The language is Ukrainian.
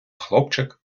хлопчик